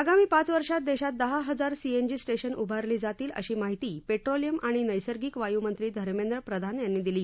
आगामी पाच वर्षात देशात दहा हजार सीएनजी स्टेशन उभारली जातील अशी माहिती पेट्रोलियम आणि नैसर्गिक वायुमंत्री धमेंद्र प्रधान यांनी दिली